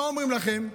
ומה אומרים לכם?